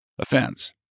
offense